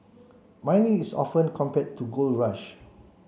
mining is often compared to the gold rush